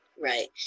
Right